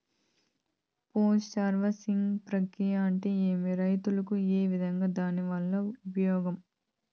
Post harvesting ప్రక్రియ అంటే ఏమి? రైతుకు ఏ విధంగా దాని వల్ల ఉపయోగం?